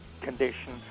condition